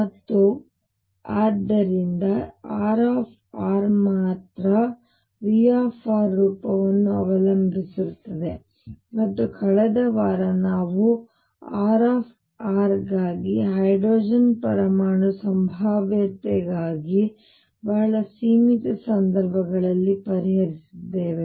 ಮತ್ತು ಆದ್ದರಿಂದ R ಮಾತ್ರ V ರೂಪವನ್ನು ಅವಲಂಬಿಸಿರುತ್ತದೆ ಮತ್ತು ಕಳೆದ ವಾರ ನಾವು R ಗಾಗಿ ಹೈಡ್ರೋಜನ್ ಪರಮಾಣು ಸಂಭಾವ್ಯತೆಗಾಗಿ ಬಹಳ ಸೀಮಿತ ಸಂದರ್ಭಗಳಲ್ಲಿ ಪರಿಹರಿಸಿದ್ದೇವೆ